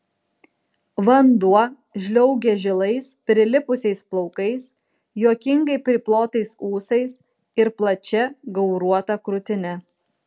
vanduo žliaugė žilais prilipusiais plaukais juokingai priplotais ūsais ir plačia gauruota krūtine